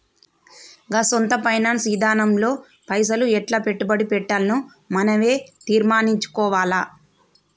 గా సొంత ఫైనాన్స్ ఇదానంలో పైసలు ఎట్లా పెట్టుబడి పెట్టాల్నో మనవే తీర్మనించుకోవాల